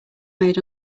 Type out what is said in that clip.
made